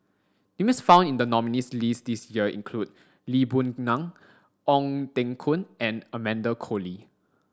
names found in the nominees' list this year include Lee Boon Ngan Ong Teng Koon and Amanda Koe Lee